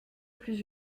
plus